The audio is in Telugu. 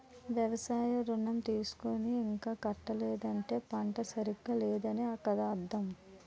వ్యవసాయ ఋణం తీసుకుని ఇంకా కట్టలేదంటే పంట సరిగా లేదనే కదా అర్థం